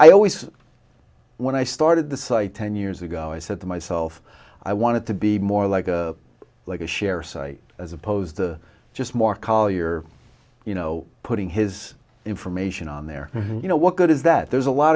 i always when i started the site ten years ago i said to myself i wanted to be more like a like a share site as opposed to just more collier you know putting his information on there you know what good is that there's a lot